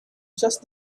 just